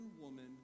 woman